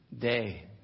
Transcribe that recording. day